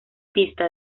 pista